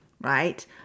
right